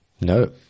No